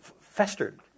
festered